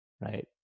right